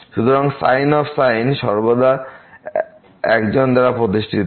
সুতরাং sin সর্বদা একজন দ্বারা প্রতিষ্ঠিত হয়